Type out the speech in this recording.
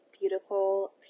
beautiful